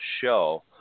show